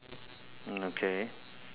mm okay